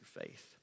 faith